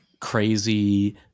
crazy